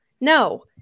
no